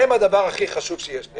הם הדבר הכי חשוב שיש לי.